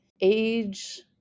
age